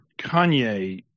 Kanye